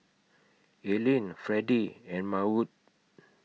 Aylin Fredy and Maud